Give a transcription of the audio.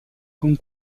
con